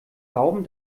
baum